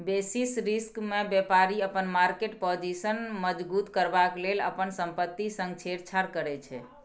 basis रिस्कमे बेपारी अपन मार्केट पाजिशन मजगुत करबाक लेल अपन संपत्ति संग छेड़छाड़ करै छै